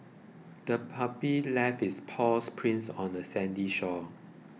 the puppy left its paw prints on the sandy shore